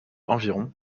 environ